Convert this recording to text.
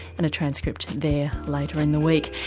and a transcript there later in the week.